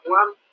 one